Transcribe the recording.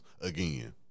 again